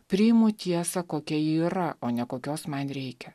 priimu tiesą kokia ji yra o ne kokios man reikia